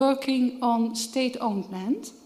Working on state-owned land